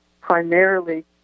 primarily